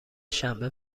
شنبه